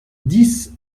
dix